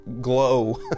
glow